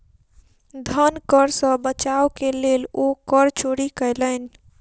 धन कर सॅ बचाव के लेल ओ कर चोरी कयलैन